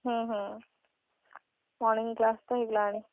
morning class ତ ହୋଇଗଲାଣି